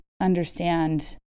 understand